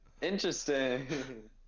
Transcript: Interesting